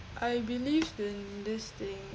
I believed in this thing